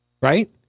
Right